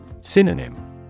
Synonym